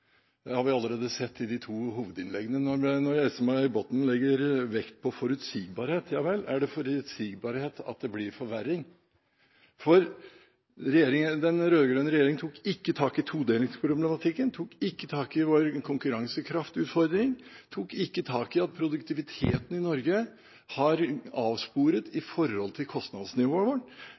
Det har vi allerede sett i de to hovedinnleggene. Når Else-May Botten legger vekt på forutsigbarhet – ja vel – er det forutsigbarhet at det blir forverring? Den rød-grønne regjeringen tok ikke tak i todelingsproblematikken, i vår konkurransekraftutfordring, eller i at produktiviteten i Norge er avsporet i forhold til kostnadsnivået.